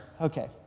okay